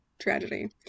tragedy